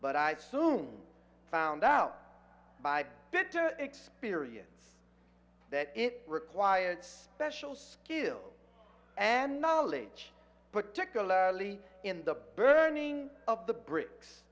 but i soon found out by bitter experience that it required special skill and knowledge particularly in the burning of the bricks